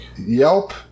Yelp